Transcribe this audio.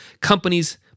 companies